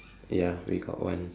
ya we got one